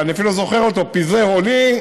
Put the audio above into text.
אני אפילו זוכר אותו: (אומר דברים בשפה הפרסית.)